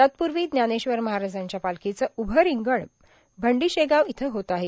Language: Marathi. तत्पूर्वी ज्ञानेश्वर महाराजांच्या पालखीचं उमं रिंगण भंडीशेगाव इर्थ होत आहे